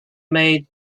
made